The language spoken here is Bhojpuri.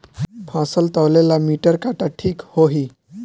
फसल तौले ला मिटर काटा ठिक होही?